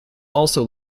also